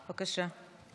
בבקשה.